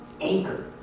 anchor